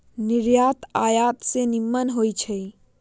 निर्यात आयात से निम्मन होइ छइ